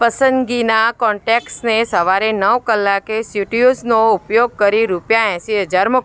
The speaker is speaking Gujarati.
પસંદગીના કોન્ટેક્ટસને સવારે નવ કલાકે સીટ્રુસનો ઉપયોગ કરી રૂપિયા એંશી હજાર મોકલો